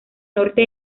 norte